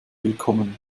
willkommen